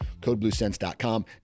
codebluesense.com